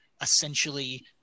essentially